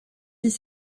dix